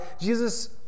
Jesus